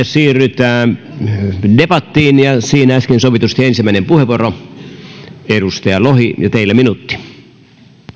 siirrytään debattiin ja siinä äsken sovitusti ensimmäinen puheenvuoro edustaja lohi ja teillä minuutti